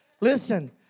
Listen